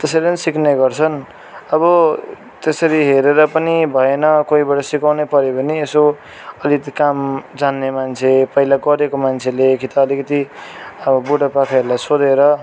त्यसरी नै सिक्ने गर्छन् अब त्यसरी हेरेर पनि भएन कोहीबाट सिकाउनै पऱ्यो भने यसो अलिकति काम जान्ने मान्छे पहिला गरेको मान्छेले कि त अलिकति अब बुढा पाकाहरूलाई सोधेर